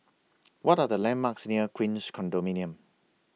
What Are The landmarks near Queens Condominium